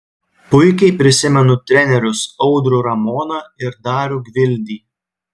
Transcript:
puikiai prisimenu trenerius audrių ramoną ir darių gvildį